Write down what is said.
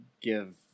give